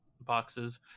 boxes